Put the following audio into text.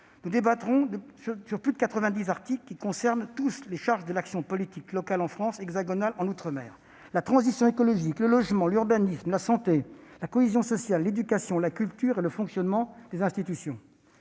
nous débattrons de plus de 90 articles qui concernent tous les champs de l'action politique locale en France hexagonale et en outre-mer : la transition écologique, le logement, l'urbanisme, la santé, la cohésion sociale, l'éducation, la culture et le fonctionnement des institutions.